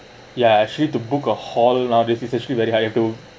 ya actually to book a hall room nowadays is actually very to